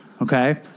Okay